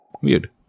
Weird